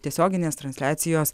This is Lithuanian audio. tiesioginės transliacijos